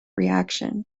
reaction